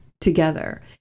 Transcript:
together